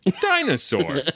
dinosaur